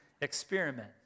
Experiment